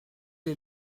est